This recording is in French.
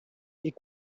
est